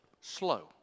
slow